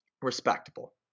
respectable